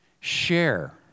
Share